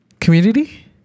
Community